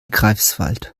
greifswald